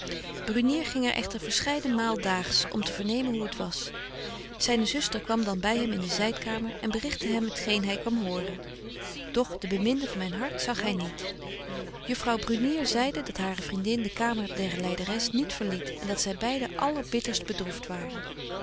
brunier ging er echter verscheiden maal daags om te vernemen hoe het was zyne zuster kwam dan by hem in de zydkamer en berichte hem t geen hy kwam horen doch de beminde van myn hart zag hy niet juffrouw brunier betje wolff en aagje deken historie van mejuffrouw sara burgerhart zeide dat hare vriendin de kamer der lyderes niet verliet en dat zy beide allerbitterst bedroeft waren